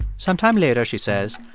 sometimes later, she says,